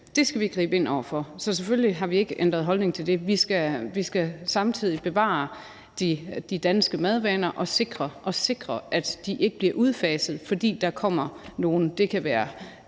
Det skal vi gribe ind over for. Så selvfølgelig har vi ikke ændret holdning til det. Vi skal samtidig bevare de danske madvaner og sikre, at de ikke bliver udfaset, fordi der kommer nogle folk fra